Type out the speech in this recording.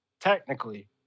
technically